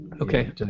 Okay